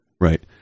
Right